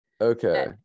Okay